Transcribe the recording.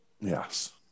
Yes